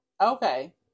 Okay